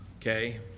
Okay